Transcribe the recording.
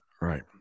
right